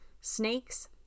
snakes